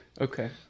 okay